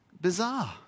bizarre